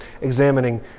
examining